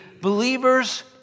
believers